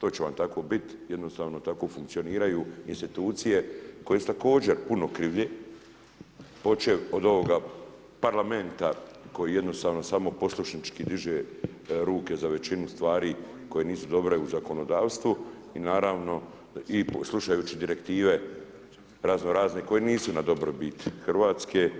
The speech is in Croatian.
To će vam tako biti, jednostavno tako funkcioniraju institucije koje su također puno krivlje počev od ovog Parlamenta koji jednostavno samo poslušnički diže ruke za većinu stvari koje nisu dobre u zakonodavstvu i naravno slušajući direktive raznorazne koje nisu na dobrobit Hrvatske